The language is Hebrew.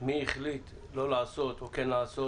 מי החליט לא לעשות או כן לעשות,